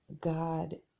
God